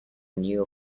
new